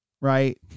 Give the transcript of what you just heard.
right